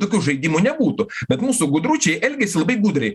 tokių žaidimų nebūtų bet mūsų gudručiai elgiasi labai gudriai